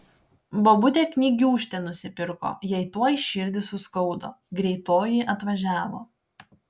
bobutė knygiūkštę nusipirko jai tuoj širdį suskaudo greitoji atvažiavo